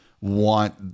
want